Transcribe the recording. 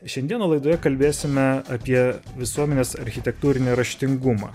šiandieną laidoje kalbėsime apie visuomenės architektūrinį raštingumą